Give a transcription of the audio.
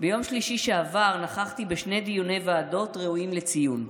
ביום שלישי שעבר נכחתי בשני דיוני ועדות ראויים לציון.